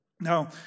Now